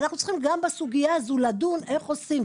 אנחנו צריכים גם בסוגיה הזו לדון איך עושים,